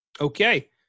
Okay